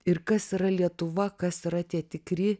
ir kas yra lietuva kas yra tie tikri